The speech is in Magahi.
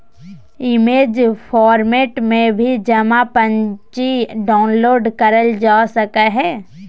इमेज फॉर्मेट में भी जमा पर्ची डाउनलोड करल जा सकय हय